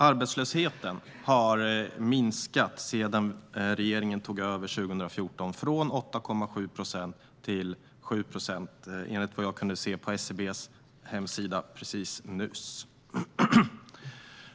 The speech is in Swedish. Arbetslösheten har minskat sedan regeringen tog över 2014 från 8,7 procent till 7 procent, enligt vad jag precis nyss kunde se på SCB:s hemsida.